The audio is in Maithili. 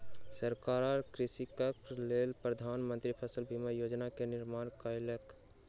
सरकार कृषकक लेल प्रधान मंत्री फसल बीमा योजना के निर्माण कयलक